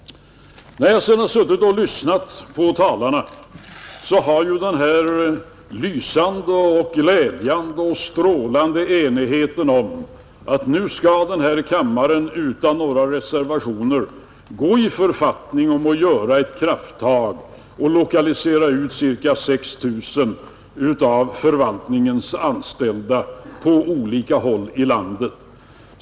Jag har suttit och lyssnat på talarna som demonstrerat en glädjande och strålande enighet om att nu skall denna kammare utan några reservationer gå i författning om att ta ett krafttag och lokalisera ut ca 6 000 av förvaltningens anställda på olika håll i landet.